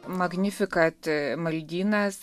magnificat maldynas